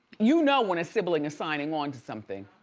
you know when a sibling is signing onto something,